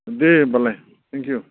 दे होमबालाय थेंकिउ